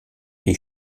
fait